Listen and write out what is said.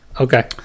Okay